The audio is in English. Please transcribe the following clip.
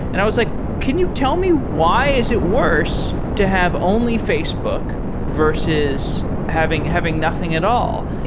and i was like, can you tell me why is it worse to have only facebook versus having having nothing at all?